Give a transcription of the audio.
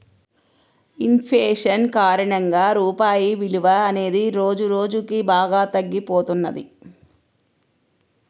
in fashion కారణంగా రూపాయి విలువ అనేది రోజురోజుకీ బాగా తగ్గిపోతున్నది